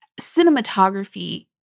cinematography